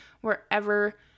wherever